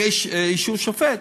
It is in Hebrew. אחרי אישור שופט?